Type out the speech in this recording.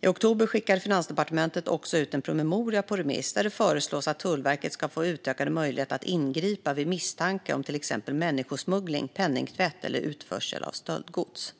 I oktober skickade Finansdepartementet också ut en promemoria på remiss där det föreslås att Tullverket ska få utökade möjligheter att ingripa vid misstanke om till exempel människosmuggling, penningtvätt eller utförsel av stöldgods.